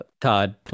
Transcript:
Todd